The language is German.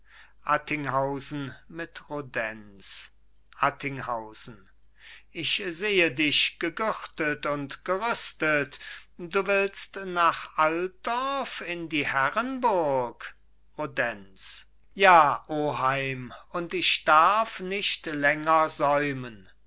attinghausen und rudenz attinghausen ich sehe dich gegürtet und gerüstet du willst nach altdorf in die herrenburg rudenz ja oheim und ich darf nicht länger säumen